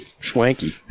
swanky